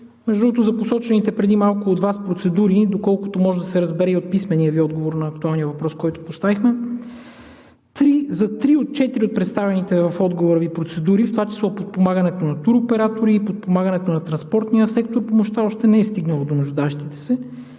Между другото, за посочените преди малко от Вас процедури, доколкото може да се разбере и от писмения Ви отговор на актуалния въпрос, който поставихме, за три от четири от представените в отговора Ви процедури, в това число подпомагането на туроператори, подпомагането на транспортния сектор, помощта още не е стигнала до нуждаещите се.